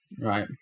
Right